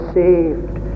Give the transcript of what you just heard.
saved